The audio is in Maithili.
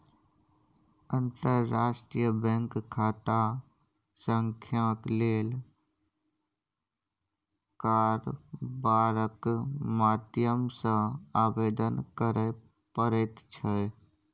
अंतर्राष्ट्रीय बैंक खाता संख्याक लेल कारबारक माध्यम सँ आवेदन करय पड़ैत छै